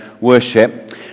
worship